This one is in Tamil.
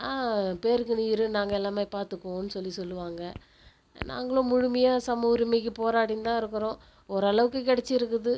பேருக்கு நீ இரு நாங்கள் எல்லாமே பார்த்துக்குவோம்னு சொல்லி சொல்லுவாங்க நாங்களும் முழுமையாக சம உரிமைக்கு போராடின்னு தான் இருக்கிறோம் ஓரளவுக்கு கிடச்சிருக்குது